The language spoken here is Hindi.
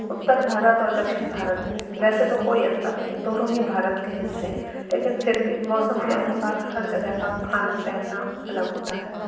उत्तर भारत और दक्षिण भारत में वैसे तो कोई अंतर नहीं है दोनों ही भारत के हिस्से हैं लेकिन फिर भी मौसम के अनुशार हर जगह का खाना पहनना अलग होता है